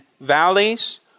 valleys